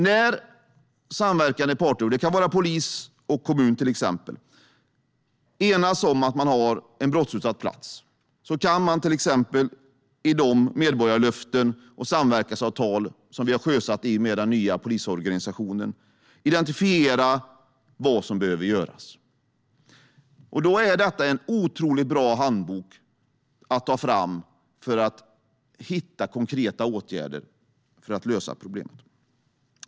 När samverkande parter, till exempel polis och kommun, enas om att man har en brottsutsatt plats kan man exempelvis i de medborgarlöften och samverkansavtal som vi har sjösatt i och med den nya polisorganisationen identifiera vad som behöver göras. Då är programmet en otroligt bra handbok att ta fram för att hitta konkreta åtgärder för att lösa problemen.